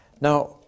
Now